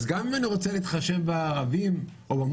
אז גם אם אני רוצה להתחשב בערבים המוסלמים,